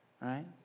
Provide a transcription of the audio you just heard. right